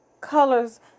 colors